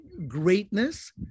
greatness